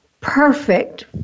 perfect